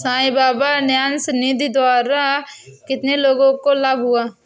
साई बाबा न्यास निधि द्वारा कितने लोगों को लाभ हुआ?